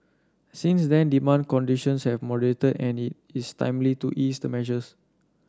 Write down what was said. since then demand conditions have moderated and it is timely to ease the measures